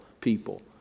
people